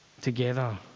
together